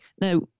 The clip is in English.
Now